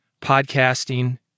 podcasting